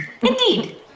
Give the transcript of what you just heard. Indeed